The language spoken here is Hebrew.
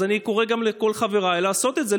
אז אני קורא גם לכל חבריי לעשות את זה,